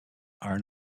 are